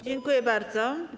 Dziękuję bardzo.